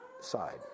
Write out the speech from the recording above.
side